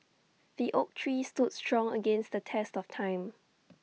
the oak tree stood strong against the test of time